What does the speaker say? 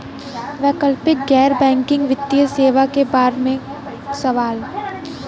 वैकल्पिक गैर बैकिंग वित्तीय सेवा के बार में सवाल?